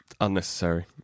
Unnecessary